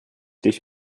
dich